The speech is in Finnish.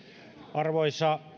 arvoisa